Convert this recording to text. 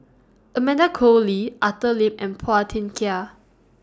Amanda Koe Lee Arthur Lim and Phua Thin Kiay